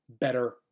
better